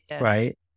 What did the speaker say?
Right